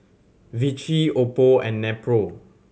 Vichy Oppo and Nepro